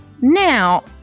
Now